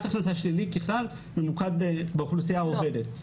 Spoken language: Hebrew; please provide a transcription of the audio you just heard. מס הכנסה שלילי ממוקד באוכלוסייה העובדת.